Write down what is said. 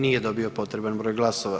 Nije dobio potreban broj glasova.